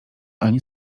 ani